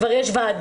כבר יש ועדות,